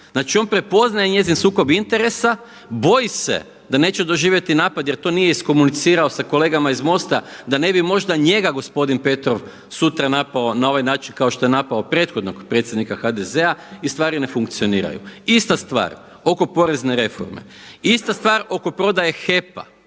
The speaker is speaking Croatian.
Znači on prepoznaje njezin sukob interesa, boji se da neće doživjeti napad jer to nije iskomunicirao sa kolegama iz MOST-a da ne bi možda njega gospodin Petrov sutra napao na ovaj način kao što je napao prethodnog predsjednika HDZ-a i stvari ne funkcioniraju. Ista stvar oko porezne reforme, ista stvar oko prodaje HEP-a.